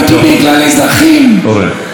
לא נמצאת,